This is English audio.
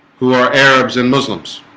who are arabs and muslims?